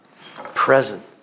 Present